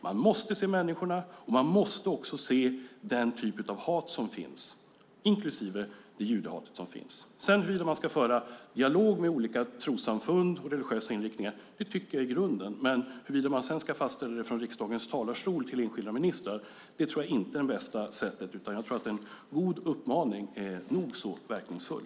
Man måste se människorna, och man måste också se den typ av hat som finns, inklusive det judehat som finns. Att sedan föra dialog med olika trossamfund och religiösa inriktningar tycker jag i grunden att man ska göra, men att fastställa det från riksdagens talarstol till att gälla enskilda ministrar tror jag inte är det bästa sättet, utan jag tror att en god uppmaning är nog så verkningsfull.